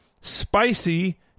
spicy